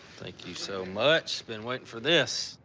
thank you so much. been waiting for this.